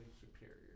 superior